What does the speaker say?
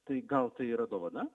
tai gal tai yra dovana